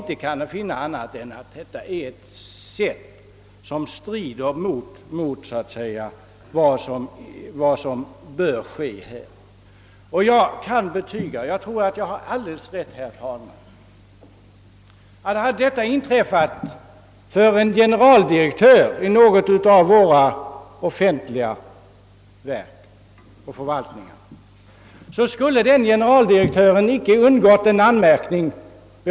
Jag kan inte finna annat än att detta förfaringssätt strider mot vad som bör vara riktigt. Jag kan betyga — och jag tror, herr talman, att jag har alldeles rätt — att en sådan händelse, om den hade inträffat för en generaldirektör i ett offentligt verk eller i en förvaltning, inte skulle ha kunnat undgå att föranleda en anmärkning mot denne.